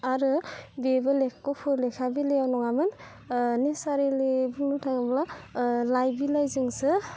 आरो बेबो लेख गुफुर लेखा बिलाइआव नङामोन नेसारिलि बुंनो थाङोब्ला लाइ बिलाइजोंसो